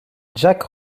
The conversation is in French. jack